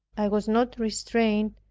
i was not restrained,